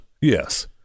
yes